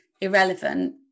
irrelevant